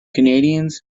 canadians